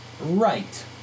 Right